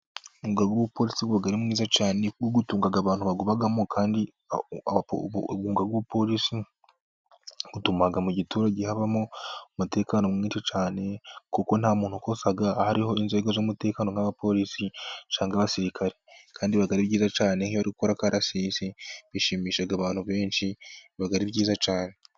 Umwuga w'ubuporisi uba ari mwiza cyane utunga abantu bawubamo. Kandi umwuga w'ubuporisi utuma mu giturage habamo umutekano mwinshi cyane, kuko nta muntu ukosa hariho inzego z'umutekano nk'abaporisi cyangwa abasirikare. Kandi biba ari byiza cyane iyo bari gukora akarasisi bishimisha abantu benshi, biba ari byiza cyane.